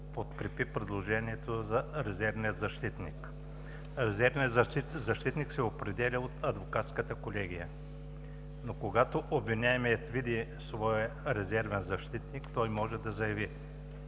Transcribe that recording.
предложението за резервния защитник. Резервният защитник се определя от адвокатската колегия, но когато обвиняемият види своя резервен защитник, той може да заяви: